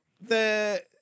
the-